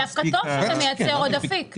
דווקא טוב שזה מייצר עוד אפיק.